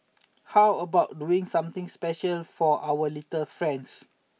how about doing something special for our little friends